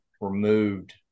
removed